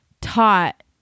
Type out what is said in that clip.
taught